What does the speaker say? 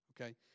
okay